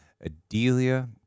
Adelia